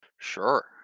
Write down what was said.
Sure